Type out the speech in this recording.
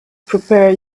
prepare